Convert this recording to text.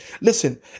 Listen